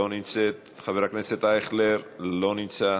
לא נמצאת, חבר הכנסת אייכלר, לא נמצא,